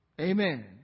Amen